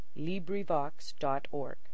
LibriVox.org